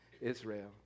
Israel